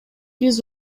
биз